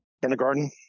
Kindergarten